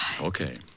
Okay